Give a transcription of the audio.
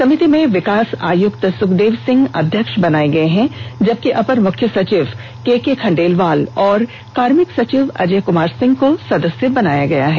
समिति में विकास आयुक्त सुखदेव सिंह अध्यक्ष बनाये गये है जबकि अपर मुख्य सचिव केके खंडेलवाल और कार्मिक सचिव अजय कुमार सिंह को सदस्य बनाया गया है